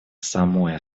самой